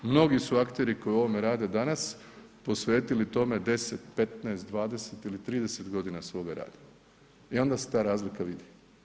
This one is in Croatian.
Mnogi su akteri koji u ovome rade danas posvetili tome 10, 15, 20 ili 30 godina svoga rada i onda se ta razlika vidi.